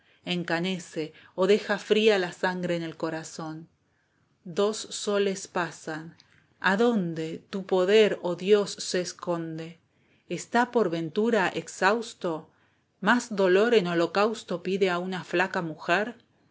cautiva encanece o deja fría la sangre en el corazón dos soles pasan adonde tu poder oh dios se esconde está por ventura exhausto más dolor en holocausto pide a una flaca mujer